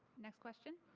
next question